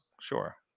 Sure